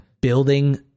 building